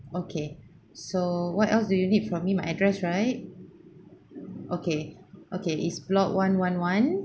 okay so what else do you need from me my address right okay okay is block one one one